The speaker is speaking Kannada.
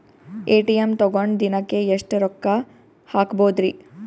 ಎ.ಟಿ.ಎಂ ತಗೊಂಡ್ ದಿನಕ್ಕೆ ಎಷ್ಟ್ ರೊಕ್ಕ ಹಾಕ್ಬೊದ್ರಿ?